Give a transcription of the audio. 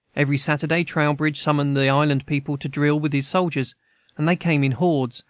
every saturday trowbridge summoned the island people to drill with his soldiers and they came in hordes,